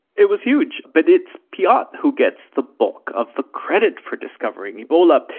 it was huge. but it's piot who gets the bulk of the credit for discovering ebola,